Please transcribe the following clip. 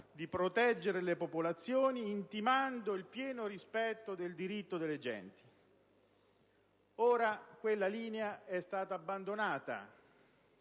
di proteggere le popolazioni intimando il pieno rispetto del diritto delle genti. Ora quella linea è stata abbandonata